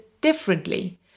differently